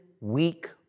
weak